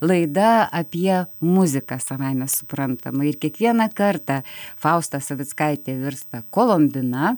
laida apie muziką savaime suprantama ir kiekvieną kartą fausta savickaitė virsta kolombina